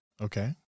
Okay